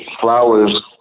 flowers